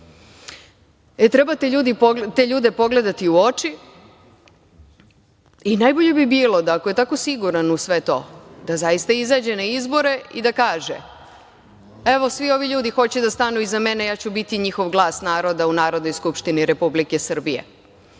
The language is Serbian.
te ljude pogledati u oči i najbolje bi bilo da ako je tako siguran u sve to, da zaista izađe na izbore i da kaže – evo, svi ovi ljudi hoće da stanu iza mene, ja ću biti njihov glas naroda u Narodnoj skupštini Republike Srbije.